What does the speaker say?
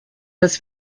dass